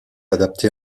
adaptée